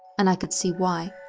and i could see why.